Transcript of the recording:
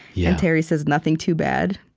yeah terry says, nothing too bad.